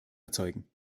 erzeugen